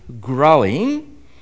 growing